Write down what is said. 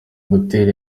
gutera